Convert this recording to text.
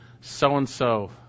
so-and-so